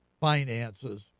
finances